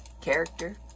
character